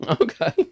Okay